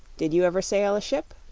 did you ever sail a ship?